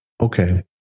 Okay